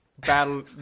battle